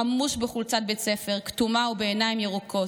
חמוש בחולצת בית ספר כתומה ובעיניים ירוקות,